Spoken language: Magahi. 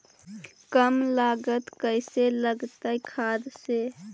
कम लागत कैसे लगतय खाद से?